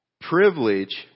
Privilege